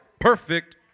Perfect